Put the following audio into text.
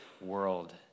World